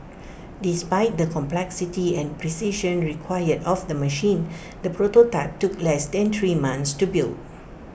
despite the complexity and precision required of the machine the prototype took less than three months to build